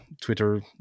Twitter